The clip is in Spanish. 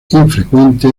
infrecuente